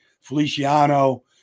Feliciano